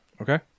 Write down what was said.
Okay